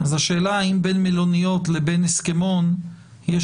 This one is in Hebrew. השאלה האם בין מלוניות לבין הסכמון יש